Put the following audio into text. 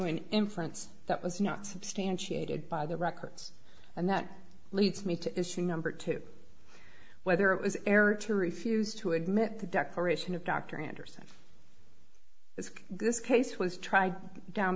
an inference that was not substantiated by the records and that leads me to issue number two whether it was error to refuse to admit the declaration of dr anderson is this case was tried down